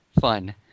fun